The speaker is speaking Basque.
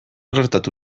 gertatu